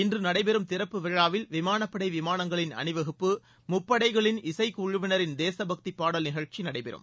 இன்று நடைபெறும் திறப்பு விழாவில் விமானப்படை விமானங்களின் அணிவகுப்பு முப்படைகளின் இசைக்குழுவினரின் தேசப்பக்தி பாடல் நிகழ்ச்சி நடைபெறும்